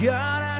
God